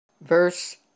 Verse